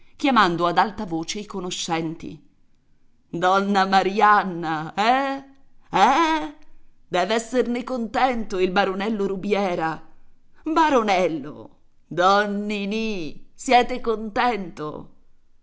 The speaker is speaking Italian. chiamando ad alta voce i conoscenti donna marianna eh eh dev'esserne contento il baronello rubiera baronello don ninì siete contento